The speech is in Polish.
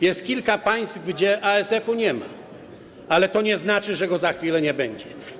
Jest kilka państw, gdzie ASF-u nie ma, ale to nie znaczy, że go za chwilę nie będzie.